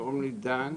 קוראים לי דן,